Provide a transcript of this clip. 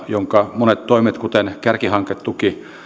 jonka monet toimet kuten kärkihanketuki